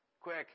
quick